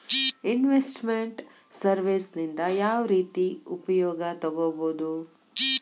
Invest made services ನಿಂದಾ ಯಾವ್ರೇತಿ ಉಪಯೊಗ ತಗೊಬೊದು?